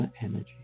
energy